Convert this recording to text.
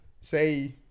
say